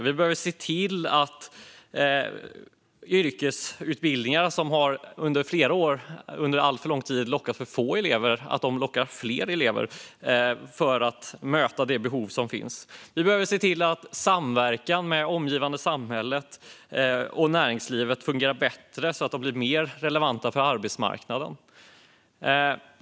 Vi behöver se till att yrkesutbildningarna, som under alltför lång tid har lockat för få elever, lockar fler elever för att möta de behov som finns. Vi behöver se till att samverkan med det omgivande samhället och näringslivet fungerar bättre så att utbildningarna blir mer relevanta för arbetsmarknaden.